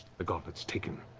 the gauntlets taken.